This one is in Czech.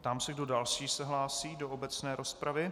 Ptám se, kdo další se hlásí do obecné rozpravy.